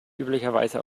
üblicherweise